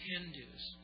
Hindus